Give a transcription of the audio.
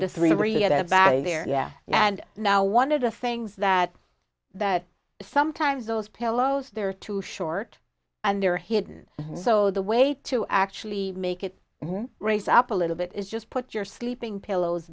there yeah and now one of the things that that sometimes those pillows they're too short and they're hidden so the way to actually make it raise up a little bit is just put your sleeping pillows